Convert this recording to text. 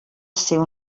seu